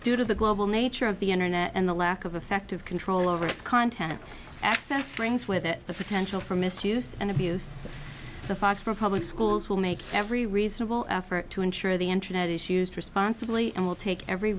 due to the global nature of the internet and the lack of effective control over its content access brings with it the potential for misuse and abuse of the facts for public schools will make every reasonable effort to ensure the internet is used responsibly and will take every